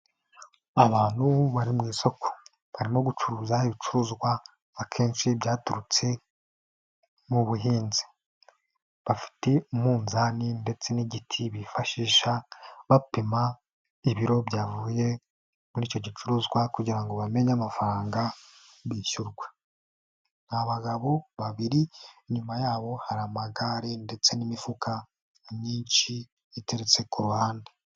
Abantu bari mu isoko barimo gucuruza ibicuruzwa akenshi byaturutse mu buhinzi, bafite umunzani ndetse n'igiti bifashi bapima ibiro byavuye muri icyo gicuruzwa kugira ngo bamenye amafaranga bishyurwa, ni abagabo babiri inyuma yabo hari amagare ndetse n'imifuka myinshi iteretse ku ruhande.